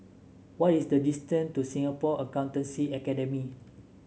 what is the distance to Singapore Accountancy Academy